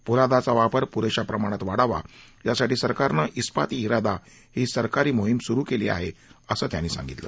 पोलादाचा वापर पुरेशा प्रमाणात वाढावा यासाठी सरकारनं उपाती जिदा ही सहकारी मोहीम सुरू केली आहे असं त्यांनी सांगितलं